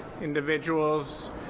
individuals